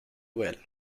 well